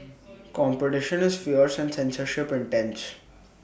competition is fierce and censorship intense